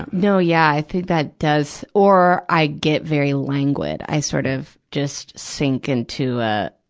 no, yeah. i think that does. or, i get very languid. i sort of just sink into, ah